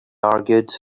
argued